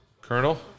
Colonel